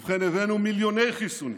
ובכן, הבאנו מיליוני חיסונים,